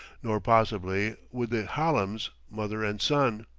nor, possibly, would the hallams, mother and son.